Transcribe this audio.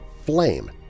Flame